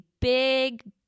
big